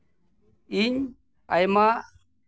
ᱤᱧ ᱟᱭᱢᱟ